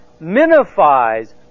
minifies